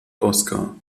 oskar